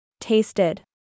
Tasted